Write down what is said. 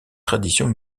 traditions